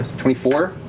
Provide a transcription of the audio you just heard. twenty four.